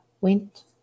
went